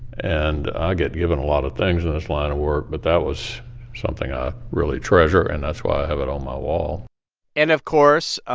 and i get given a lot of things in this line of work, but that was something i really treasure. and that's why i have it on my wall and of course,